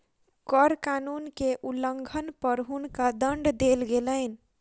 कर कानून के उल्लंघन पर हुनका दंड देल गेलैन